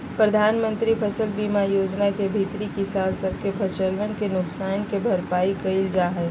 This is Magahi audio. प्रधानमंत्री फसल बीमा योजना के भीतरी किसान सब के फसलवन के नुकसान के भरपाई कइल जाहई